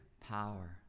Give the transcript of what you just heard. power